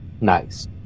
Nice